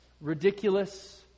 ridiculous